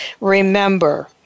remember